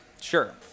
Sure